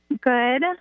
Good